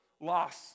loss